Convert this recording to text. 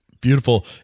Beautiful